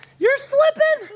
you're slipping!